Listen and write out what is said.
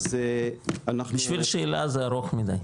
אז אנחנו --- בשביל שאלה זה ארוך מידי.